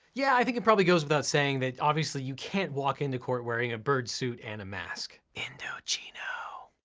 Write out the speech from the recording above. yeah, i think it probably goes without saying that, obviously, you can't walk into court wearing a bird suit and a mask. indochino.